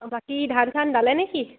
বাকী ধান চান দালে নেকি